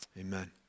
Amen